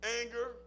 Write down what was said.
anger